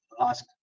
ask